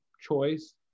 choice